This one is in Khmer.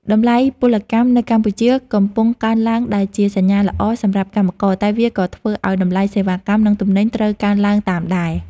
តម្លៃពលកម្មនៅកម្ពុជាកំពុងកើនឡើងដែលជាសញ្ញាល្អសម្រាប់កម្មករ តែវាក៏ធ្វើឱ្យតម្លៃសេវាកម្មនិងទំនិញត្រូវកើនឡើងតាមដែរ។